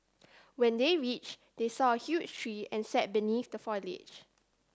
when they reached they saw a huge tree and sat beneath the foliage